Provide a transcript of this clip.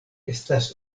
estas